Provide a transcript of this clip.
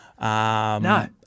no